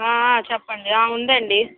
చెప్పండి ఉందండి